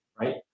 right